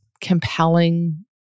compelling